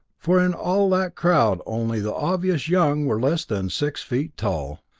for in all that crowd only the obviously young were less than six feet tall.